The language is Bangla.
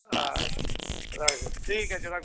আচ্ছা রাখবেন ঠিক আছে রাখুন